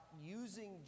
using